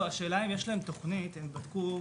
השאלה אם יש להם תוכנית, אם בדקו